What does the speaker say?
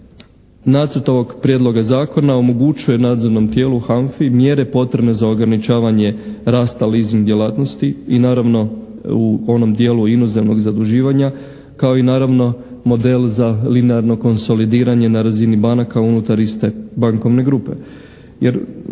nacrt ovog prijedloga zakona omogućuje nadzornom tijelu HANFI mjere potrebne za ograničavanje rasta leasing djelatnosti i naravno u onom dijelu inozemnog zaduživanja kao i naravno model za linearno konsolidiranje na razini banaka unutar iste bankovne grupe.